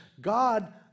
God